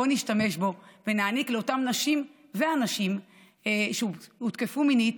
בואו נשתמש בו ונעניק לאותן נשים ואנשים שהותקפו מינית.